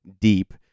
deep